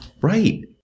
Right